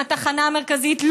עם התחנה המרכזית,